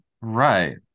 Right